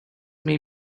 may